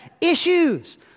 issues